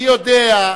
אני יודע,